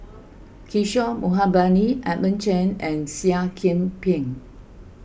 Kishore Mahbubani Edmund Chen and Seah Kian Peng